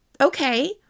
Okay